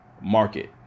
market